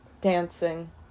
dancing